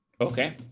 Okay